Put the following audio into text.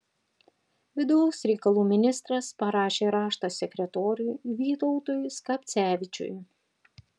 vidaus reikalų ministras parašė raštą sekretoriui vytautui skapcevičiui